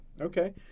Okay